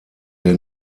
der